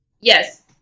Yes